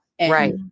Right